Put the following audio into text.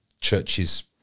churches